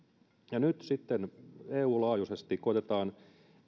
nyt sitten eun laajuisesti koitetaan